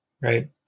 right